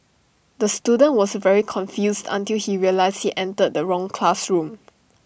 the student was very confused until he realised he entered the wrong classroom